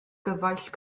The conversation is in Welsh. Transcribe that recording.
gyfaill